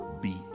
beat